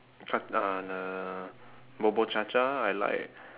uh the bubur cha cha I like